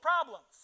problems